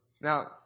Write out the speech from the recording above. Now